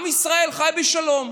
עם ישראל חי בשלום.